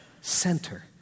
center